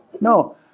No